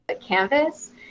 canvas